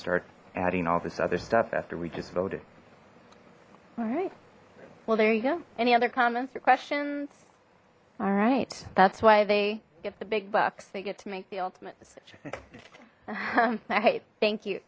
start adding all this other stuff after we just voted all right well there you go any other comments or questions all right that's why they get the big bucks they get to make the ultimate